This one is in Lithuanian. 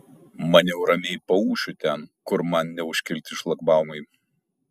maniau ramiai paūšiu ten kur man neužkelti šlagbaumai